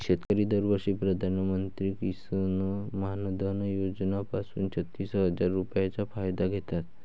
शेतकरी दरवर्षी पंतप्रधान किसन मानधन योजना पासून छत्तीस हजार रुपयांचा फायदा घेतात